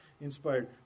inspired